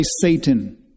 Satan